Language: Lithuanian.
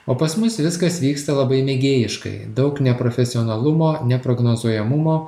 o pas mus viskas vyksta labai mėgėjiškai daug neprofesionalumo neprognozuojamumo